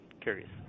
curious